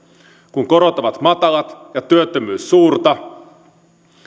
kun korot ovat matalat ja työttömyys suurta